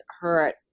hurt